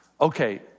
Okay